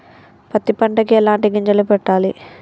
పత్తి పంటకి ఎలాంటి గింజలు పెట్టాలి?